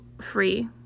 free